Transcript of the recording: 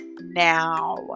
Now